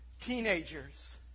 teenagers